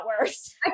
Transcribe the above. worse